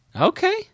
Okay